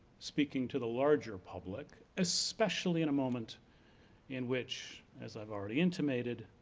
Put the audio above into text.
speaking to the larger public, especially in a moment in which as i've already intimated,